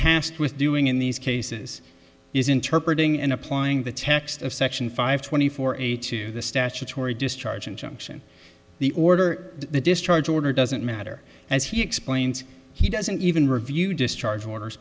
tasked with doing in these cases is interpret ing and applying the text of section five twenty four eighty two the statutory discharge injunction the order the discharge order doesn't matter as he explains he doesn't even review discharge orders